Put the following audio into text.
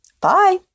Bye